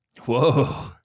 Whoa